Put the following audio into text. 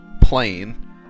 plane